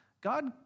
God